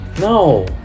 no